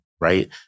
right